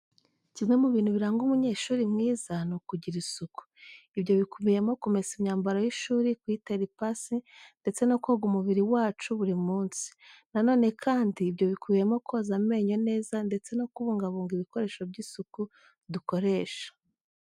Kimwe mu bintu biranga umunyeshuri mwiza, ni ukugira isuku. Ibyo bikubiyemo kumesa imyambaro y'ishuri, kuyitera ipasi, ndetse ko koga umubiri wacu buri munsi. Na none kandi ibyo bikubiyemo koza amenyo neza ndetse no kubungabunga ibikoresho by'isuku dukoresha.